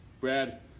Brad